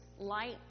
light